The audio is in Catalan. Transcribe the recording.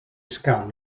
escau